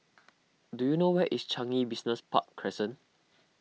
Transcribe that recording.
do you know where is Changi Business Park Crescent